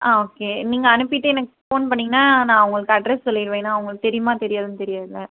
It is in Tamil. ஆ ஓகே நீங்கள் அனுப்பிவிட்டு எனக்கு போன் பண்ணிங்ன்னா நான் உங்களுக்கு அட்ரஸ் சொல்லிருவேன் ஏன்னா அவங்களுக்கு தெரியுமா தெரியாதான்னு தெரியாதுல